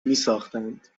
میساختند